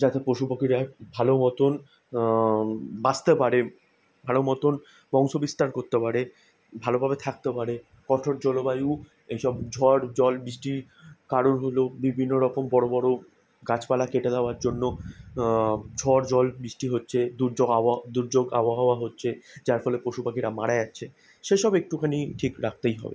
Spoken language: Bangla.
যাতে পশু পাখিরা ভালো মতন বাঁচতে পারে ভালো মতন বংশবিস্তার করতে পারে ভালোভাবে থাকতে পারে কঠোর জলবায়ু এই সব ঝড় জল বৃষ্টির কারণ হল বিভিন্ন রকম বড় বড় গাছপালা কেটে দেওয়ার জন্য ঝড় জল বৃষ্টি হচ্ছে দুর্যোগ আবহাওয়া হচ্ছে যার ফলে পশু পাখিরা মারা যাচ্ছে সেসব একটুখানি ঠিক রাখতেই হবে